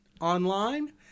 online